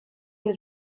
has